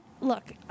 look